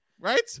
Right